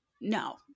No